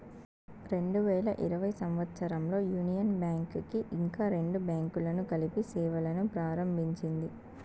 రెండు వేల ఇరవై సంవచ్చరంలో యూనియన్ బ్యాంక్ కి ఇంకా రెండు బ్యాంకులను కలిపి సేవలును ప్రారంభించింది